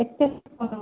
କେତେଥର